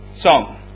song